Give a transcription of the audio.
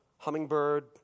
hummingbird